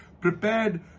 prepared